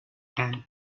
and